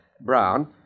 brown